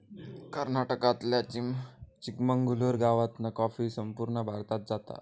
कर्नाटकातल्या चिकमंगलूर गावातना कॉफी संपूर्ण भारतात जाता